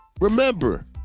Remember